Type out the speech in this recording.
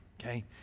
okay